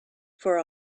for